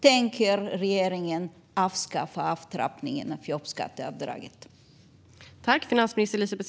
Tänker regeringen avskaffa avtrappningen av jobbskatteavdraget?